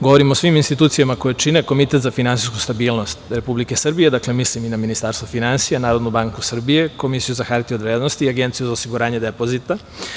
Govorim o svim institucijama koje čine Komitet za finansijsku stabilnost Republike Srbije, dakle, mislim i na Ministarstvo finansija, Narodnu banku Srbije, Komisiju za hartije od vrednosti, Agenciju za osiguranje depozita.